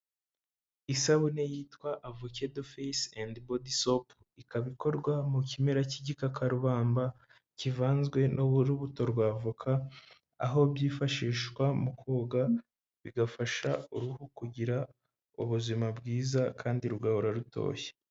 Isabune yitwa avakado fasi endi bodi sopu, ikaba ikorwa mu kimera cy'igikakarubamba kivanzwe n'urubuto rw'avoka, aho byifashishwa mu koga, bigafasha uruhu kugira ubuzima bwiza kandi rugahora rutoshye.